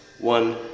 One